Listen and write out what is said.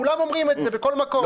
כולם אומרים את זה בכל מקום.